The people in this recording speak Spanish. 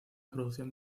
producción